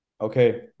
okay